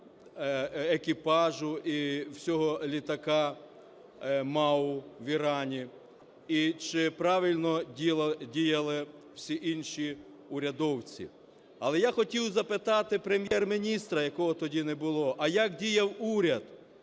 екіпажу і всього літака МАУ в Ірані, і чи правильно діяли всі інші урядовці. Але я хотів запитати Прем'єр-міністра, якого тоді не було, а як діяв уряд.